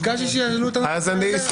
ביקשתי שיעלו לנו --- לטבלטים.